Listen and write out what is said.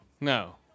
No